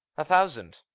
a thousand!